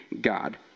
God